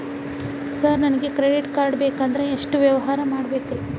Sir ನನಗೆ credit card ಬೇಕಂದ್ರೆ ಎಷ್ಟು ವ್ಯವಹಾರ ಮಾಡಬೇಕ್ರಿ?